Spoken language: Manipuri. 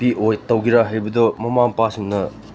ꯇꯧꯒꯦꯔꯥ ꯍꯥꯏꯕꯗꯣ ꯃꯃꯥ ꯃꯄꯥꯁꯤꯡꯅ